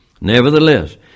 Nevertheless